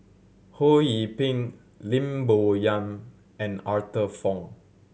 Ho Yee Ping Lim Bo Yam and Arthur Fong